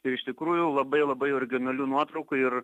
ir iš tikrųjų labai labai originalių nuotraukų ir